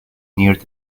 near